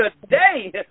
today